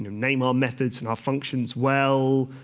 name our methods and our functions well,